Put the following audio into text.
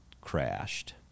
crashed